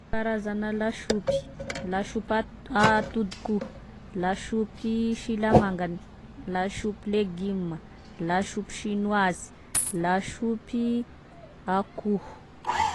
Karazana lasopy: lasopy ato- atodikoho, lasopy silamangany, lasopy légume, lasopy chinoise, lasopy akoho